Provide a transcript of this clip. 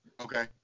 Okay